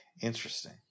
Interesting